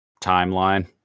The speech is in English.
timeline